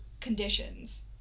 conditions